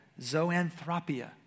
Zoanthropia